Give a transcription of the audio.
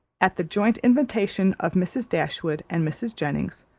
at the joint invitation of mrs. dashwood and mrs. jennings,